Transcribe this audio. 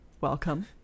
welcome